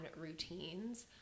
routines